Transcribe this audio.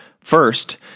First